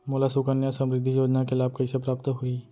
मोला सुकन्या समृद्धि योजना के लाभ कइसे प्राप्त होही?